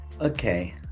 Okay